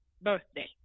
birthday